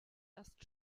erst